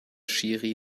schiri